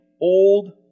old